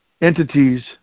entities